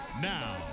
Now